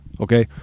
Okay